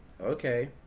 okay